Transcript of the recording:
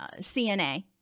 CNA